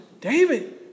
David